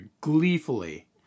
gleefully